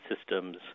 systems